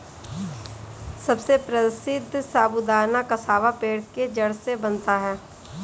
सबसे प्रसिद्ध साबूदाना कसावा पेड़ के जड़ से बनता है